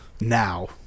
now